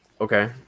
Okay